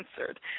answered